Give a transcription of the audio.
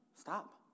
Stop